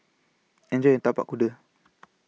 Enjoy your Tapak Kuda